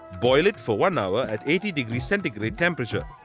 boil it for one hour at eighty centigrade temperature.